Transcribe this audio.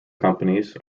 companies